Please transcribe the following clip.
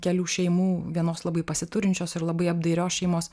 kelių šeimų vienos labai pasiturinčios ir labai apdairios šeimos